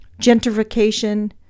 gentrification